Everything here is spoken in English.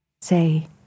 Say